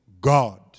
God